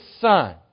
son